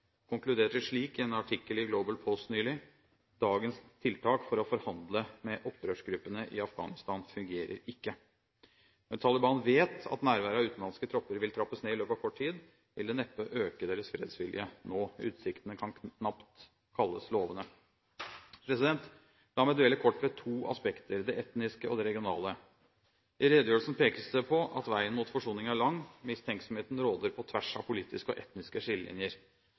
konkluderte slik i en artikkel i Global Post nylig: «Dagens tiltak for å forhandle med opprørsgruppene i Afghanistan fungerer ikke.» Når Taliban vet at nærværet av utenlandske tropper vil trappes ned i løpet av kort tid, vil det neppe øke deres fredsvilje nå. Utsiktene kan knapt kalles lovende. La meg dvele kort ved to aspekter, det etniske og det regionale. I redegjørelsen pekes det på: «Veien mot forsoning er lang. Mistenksomheten råder på tvers av politiske og etniske skillelinjer.»